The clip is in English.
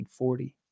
1940